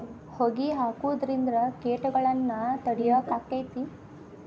ಹೊಗಿ ಹಾಕುದ್ರಿಂದ ಕೇಟಗೊಳ್ನ ತಡಿಯಾಕ ಆಕ್ಕೆತಿ?